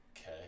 okay